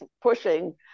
pushing